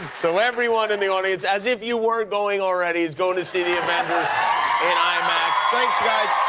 so everyone in the audience, as if you weren't going already, is going to see the avengers imax. thanks guys.